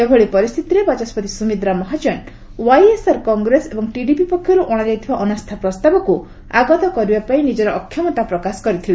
ଏପରି ପରିସ୍ଥିତିରେ ବାଚସ୍ୱତି ସୁମିତ୍ରା ମହାଜନ ୱାଇଏସ୍ଆର୍ କଂଗ୍ରେସ ଏବଂ ଟିଡିପି ପକ୍ଷରୁ ଅଣାଯାଇଥିବା ଅନାସ୍ଥା ପ୍ରସ୍ତାବକୁ ଆଗତ କରିବାପାଇଁ ନିଜର ଅକ୍ଷମତା ପ୍ରକାଶ କରିଥିଲେ